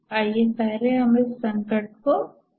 आइए पहले हम संकट को समझें